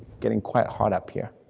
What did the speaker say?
getting quite hot up here,